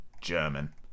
German